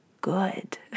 Good